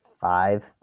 five